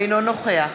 אינו נוכח